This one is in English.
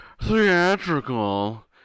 theatrical